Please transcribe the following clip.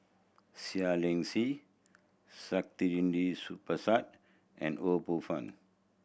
Seah Liang Seah Saktiandi Supaat and Ho Poh Fun